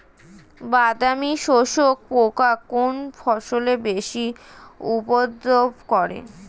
বাদামি শোষক পোকা কোন ফসলে বেশি উপদ্রব করে?